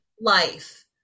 life